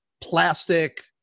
plastic